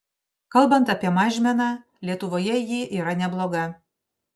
kalbant apie mažmeną lietuvoje ji yra nebloga